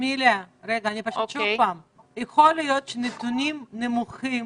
יכול להיות שנתונים נמוכים